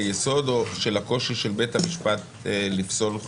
יסוד או הקושי של בית המשפט לפסול חוקי יסוד?